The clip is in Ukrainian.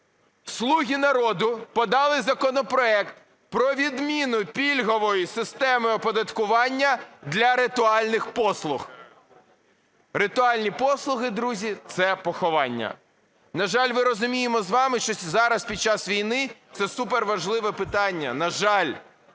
"Слуги народу" подали законопроект про відміну пільгової системи оподаткування для ритуальних послуг. Ритуальні послуги, друзі, - це поховання. На жаль, ми розуміємо з вами, що зараз під час війни це супер важливе питання, на жаль.